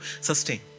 sustain